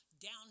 down